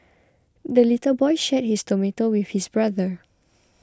the little boy shared his tomato with his brother